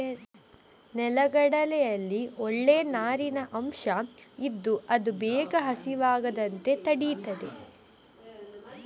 ನೆಲಗಡಲೆಯಲ್ಲಿ ಒಳ್ಳೇ ನಾರಿನ ಅಂಶ ಇದ್ದು ಅದು ಬೇಗ ಹಸಿವಾಗದಂತೆ ತಡೀತದೆ